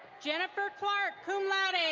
jennifer clark, cum laude.